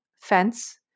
Fence